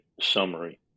summary